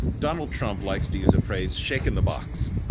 donald trump likes to use a phrase shaking the box.